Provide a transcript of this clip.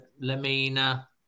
Lamina